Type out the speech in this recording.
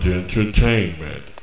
entertainment